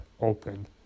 open